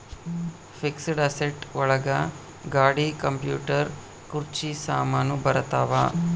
fixed asset ಒಳಗ ಗಾಡಿ computer ಕುರ್ಚಿ ಸಾಮಾನು ಬರತಾವ